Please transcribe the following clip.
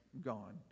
gone